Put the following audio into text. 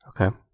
Okay